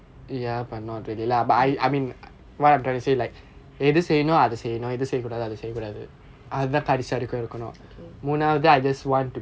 mm okay